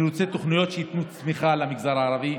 אני רוצה תוכניות שייתנו צמיחה למגזר הערבי,